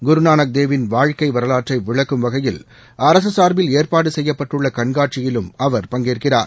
குருநானக் தேவ் ன் வாழ்க்கை வரலாற்றை விளக்கும் வகையில் அரசு சார்பில் ஏற்பாடு செய்யப்பட்டுள்ள கண்காட்சியிலும் அவர் பங்கேற்கிறார்